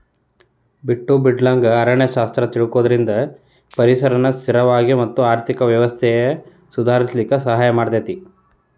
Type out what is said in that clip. ಬಿಟ್ಟು ಬಿಡಲಂಗ ಅರಣ್ಯ ಶಾಸ್ತ್ರ ತಿಳಕೊಳುದ್ರಿಂದ ಪರಿಸರನ ಸ್ಥಿರವಾಗಿ ಮತ್ತ ಆರ್ಥಿಕ ವ್ಯವಸ್ಥೆನ ಸುಧಾರಿಸಲಿಕ ಸಹಾಯ ಮಾಡತೇತಿ